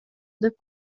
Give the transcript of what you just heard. деп